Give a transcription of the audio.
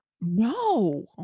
No